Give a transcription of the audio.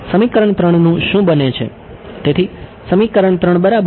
સમીકરણ 3 નું શું બને છે તેથી સમીકરણ 3 બરાબર છે